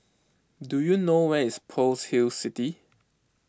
do you know where is Pearl's Hill City